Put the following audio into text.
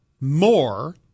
more